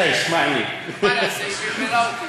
מה אני אעשה, היא בלבלה אותי.